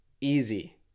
easy